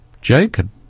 Jacob